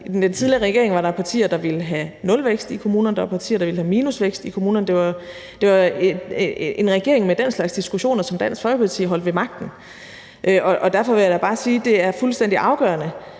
i den tidligere regering var der partier, der ville have nulvækst i kommunerne; der var partier, der ville have minusvækst i kommunerne. Det var en regering med den slags diskussioner, som Dansk Folkeparti holdt ved magten. Derfor vil jeg bare sige, at det er fuldstændig afgørende,